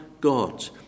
God